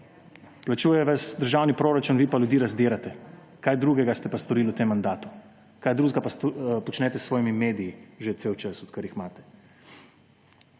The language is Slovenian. Plačuje vas državni proračun, vi pa ljudi razdirate. Kaj drugega ste pa storili v tem mandatu? Kaj drugega pa počnete s svojimi mediji že cel čas, odkar jih imate?